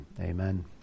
amen